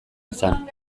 izan